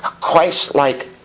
Christ-like